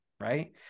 Right